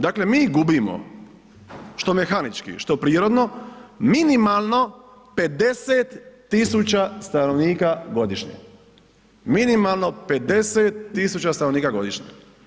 Dakle, mi gubimo što mehanički, što prirodno minimalno 50.000 stanovnika godišnje, minimalno 50.000 stanovnika godišnje.